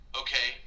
okay